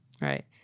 Right